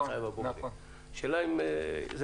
השאלה אם זה